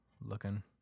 looking